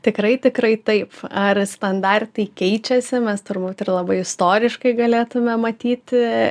tikrai tikrai taip ar standartai keičiasi mes turbūt ir labai istoriškai galėtume matyti